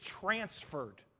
transferred